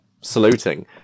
saluting